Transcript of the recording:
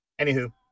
anywho